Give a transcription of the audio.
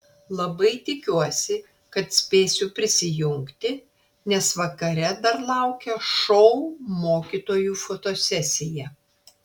labai tikiuosi kad spėsiu prisijungti nes vakare dar laukia šou mokytojų fotosesija